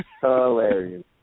Hilarious